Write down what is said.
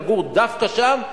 לגור דווקא שם,